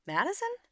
Madison